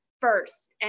first